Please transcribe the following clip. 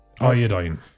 iodine